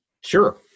sure